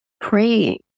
praying